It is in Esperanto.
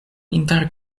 inter